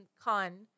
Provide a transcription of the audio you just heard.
con